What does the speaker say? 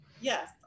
Yes